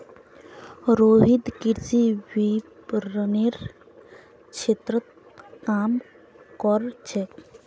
रोहित कृषि विपणनेर क्षेत्रत काम कर छेक